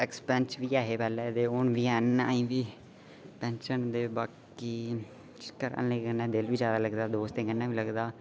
x पैंच बी ऐ हे पैह्लें ते हू'न बी है'न अजें बी पैंच न बाकी घरै आह्लें कन्नै दिल बी जादा लगदा दोस्तें कन्नै बी